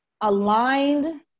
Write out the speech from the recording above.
aligned